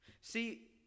See